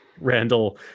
Randall